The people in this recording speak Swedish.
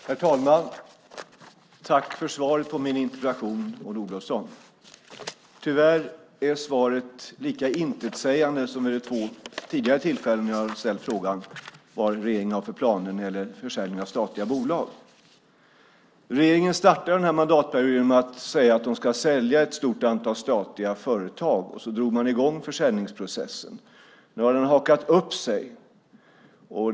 Herr talman! Tack för svaret på min interpellation, Maud Olofsson! Tyvärr är svaret lika intetsägande som vid de två tidigare tillfällen då jag ställt frågan vad regeringen har för planer när det gäller försäljning av statliga bolag. Regeringen startade den här mandatperioden med att säga att de skulle sälja ett stort antal statliga företag, och så drog man i gång försäljningsprocessen. Nu har den hakat upp sig.